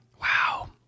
Wow